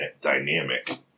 dynamic